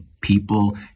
people